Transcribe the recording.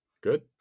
Good